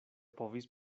povis